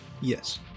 Yes